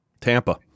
Tampa